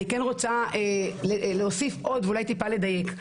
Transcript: אני כן רוצה להוסיף עוד ואולי טיפה לדייק.